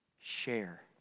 share